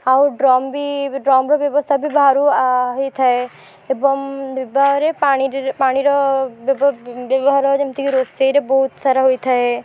ଆଉ ଡ୍ରମ୍ ବି ଡ୍ରମ୍ର ବ୍ୟବସ୍ଥା ବି ବାହାରୁ ହେଇଥାଏ ଏବଂ ବିବାହରେ ପାଣିରେ ପାଣିର ବ୍ୟବହାର ଯେମିତି କି ରୋଷେଇରେ ବହୁତ ସାରା ହୋଇଥାଏ